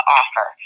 offer